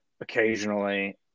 occasionally